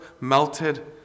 melted